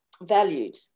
valued